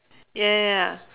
ya ya ya ya